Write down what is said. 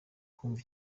kumva